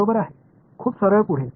बरोबर आहे खूप सरळ पुढे